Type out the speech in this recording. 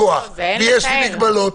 ויש לי מגבלות.